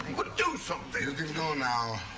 well, do something. you can go now,